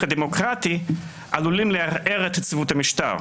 הדמוקרטי עלולים לערער את יציבות המשטר,